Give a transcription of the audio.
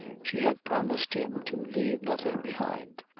she had promised him to leave nothing behind.